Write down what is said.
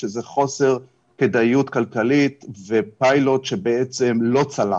שזה חוסר כדאיות כלכלית ופיילוט שבעצם לא צלח.